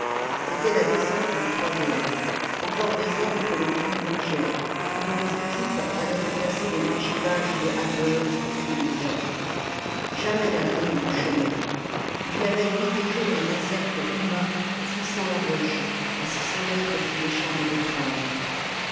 c'était la descente de trois heures encore des hommes que le puits mangeait et dont les équipes allaient remplacer les marchandages des haveurs au fond des voies jamais la mine ne chômait il y avait nuit et jour des insectes humains fouissant la roche à six cents mètres sous les champs de betteraves